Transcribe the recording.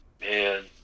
man